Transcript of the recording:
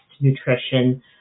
nutrition